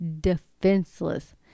defenseless